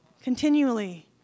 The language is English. continually